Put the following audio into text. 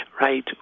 right